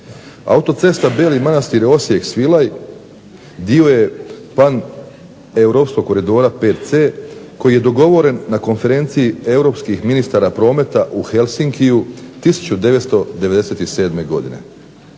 Autocesta Beli Manastir – Osijek – Svilaj dio je paneuropskog koridora VC koji je dogovoren na Konferenciji europskih ministara prometa u Helsinkiju 1997. godine.